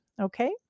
okay